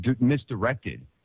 misdirected